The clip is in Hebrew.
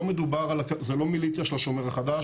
זו לא מיליציה של השומר החדש.